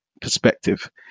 perspective